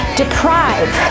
deprive